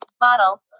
Model